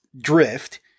drift